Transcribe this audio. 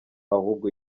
ahubwo